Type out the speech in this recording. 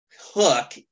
hook